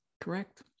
correct